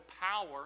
power